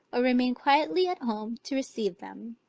or remain quietly at home to receive them.